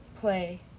Play